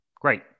Great